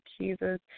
Jesus